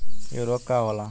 इ उर्वरक का होला?